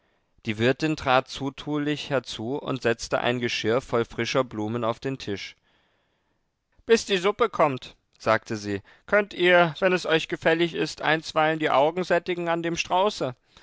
die wirtin trat zutulich herzu und setzte ein geschirr voll frischer blumen auf den tisch bis die suppe kommt sagte sie könnt ihr wenn es euch gefällig ist einstweilen die augen sättigen an dem strauße